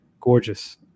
gorgeous